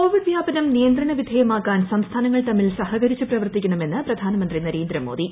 Covid വ്യാപനം നിയന്ത്രണ വിധേയമാക്കാൻ സംസ്ഥാനങ്ങൾ തമ്മിൽ സഹകരിച്ച് പ്രവർത്തിക്കണമെന്ന് പ്രധാനമന്ത്രി നരേന്ദ്ര മോദി